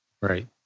Right